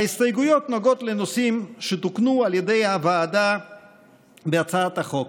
ההסתייגויות נוגעות לנושאים שתוקנו על ידי הוועדה בהצעת החוק